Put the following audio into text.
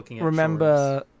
remember